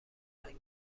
فرهنگ